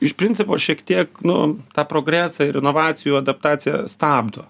iš principo šiek tiek nu tą progresą ir inovacijų adaptaciją stabdo